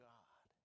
God